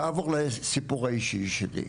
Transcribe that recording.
ונעבור לסיפור האישי שלי,